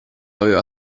aveva